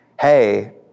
hey